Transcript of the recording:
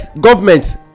government